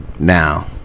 now